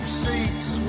seats